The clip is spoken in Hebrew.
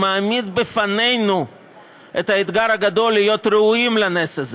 מעמיד בפנינו את האתגר הגדול: להיות ראויים לנס הזה.